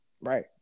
Right